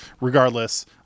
regardless